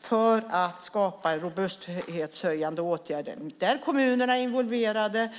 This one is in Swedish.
för att skapa robusthetshöjande åtgärder. Kommunerna är involverade.